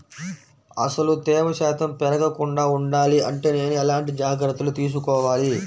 అసలు తేమ శాతం పెరగకుండా వుండాలి అంటే నేను ఎలాంటి జాగ్రత్తలు తీసుకోవాలి?